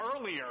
earlier